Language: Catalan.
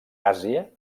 àsia